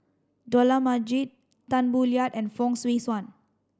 Dollah Majid Tan Boo Liat and Fong Swee Suan